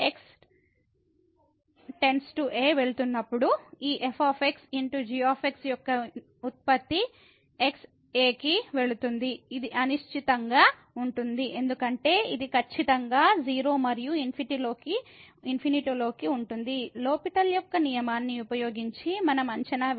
X → a వెళుతున్నప్పుడు ఈ f x g యొక్క ఉత్పత్తి x a కి వెళుతుంది ఇది అనిశ్చితంగా ఉంటుంది ఎందుకంటే ఇది ఖచ్చితంగా 0 మరియు ∞ లోకి ఉంటుంది లో పిటెల్ యొక్క LHopitals rule నియమాన్ని ఉపయోగించి మనం అంచనా వేయాలి